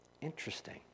Interesting